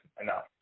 enough